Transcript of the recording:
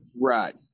Right